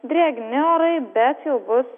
drėgni orai bet jau bus